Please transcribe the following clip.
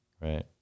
Right